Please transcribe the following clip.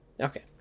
Okay